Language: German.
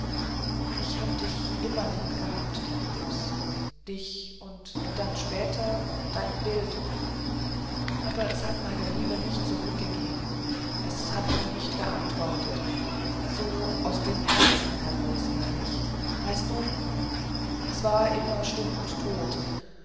ich hab dich immer lieb gehabt taddäus dich und dann später dein bild aber es hat meine liebe nicht zurückgegeben es hat mir nicht geantwortet so aus dem herzen heraus mein ich weißt du es war immer stumm und tot